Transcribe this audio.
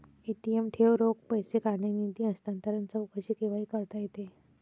ATM ठेव, रोख पैसे काढणे, निधी हस्तांतरण, चौकशी केव्हाही करता येते